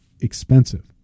expensive